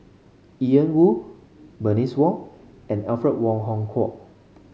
Ian Woo Bernice Ong and Alfred Wong Hong Kwok